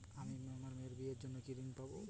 আমি মেয়ের বিয়ের জন্য কি ঋণ পাবো?